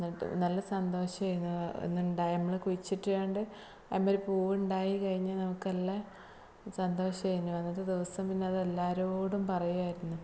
എന്നിട്ട് നല്ല സന്തോഷേനു ഇന്നുണ്ടായത് നമ്മൾ കുഴിച്ചിട്ടത് കൊണ്ട് അതേമാതിരി പൂവുണ്ടായി കഴിഞ്ഞാൽ നമുക്ക് നല്ല സന്തോഷായിനു അന്നത്തെ ദിവസം പിന്നെ അത് എല്ലാവരോടും പറയുമായിരുന്നു